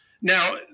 Now